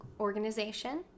Organization